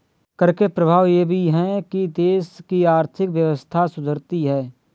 कर के प्रभाव यह भी है कि देश की आर्थिक व्यवस्था सुधरती है